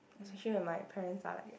especially when my parents are